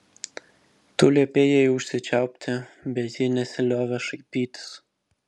tu liepei jai užsičiaupti bet ji nesiliovė šaipytis